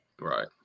Right